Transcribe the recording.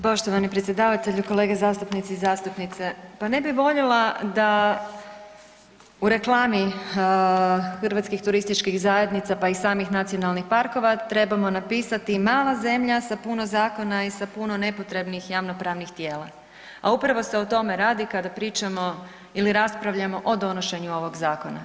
Poštovani predsjedavatelju, kolege zastupnici i zastupnice, pa ne bi voljela da u reklami hrvatskih turističkih zajednica pa i samih nacionalnih parkova trebamo napisati mala zemlja sa puno zakona i sa puno nepotrebnih javno-pravnih tijela, a upravo se o tome radi kada pričamo ili raspravljamo o donošenju ovog zakona.